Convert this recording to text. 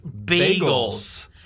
bagels